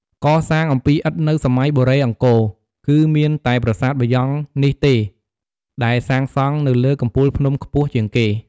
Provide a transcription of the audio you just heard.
កសាងអំពីឥដ្ឋនៅសម័យបុរេអង្គរ គឺមានតែប្រាសាទបាយ៉ង់នេះទេ ដែលសាងសង់នៅលើកំពូលភ្នំខ្ពស់ជាងគេ។